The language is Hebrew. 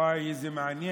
וואי, זה מעניין.